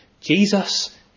Jesus